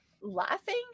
laughing